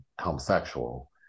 homosexual